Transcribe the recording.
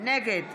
נגד